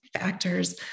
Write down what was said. factors